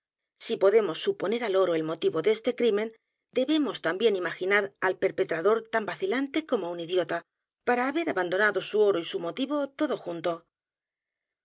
si podemos suponer al oro el motivo de este crimen debemos también imaginar al perpetrador tan vacilante como un idiota p a r a haber abandonado su oro y su motivo todo